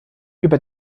über